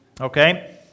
Okay